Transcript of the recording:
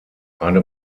eine